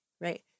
right